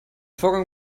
vorgang